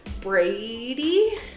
Brady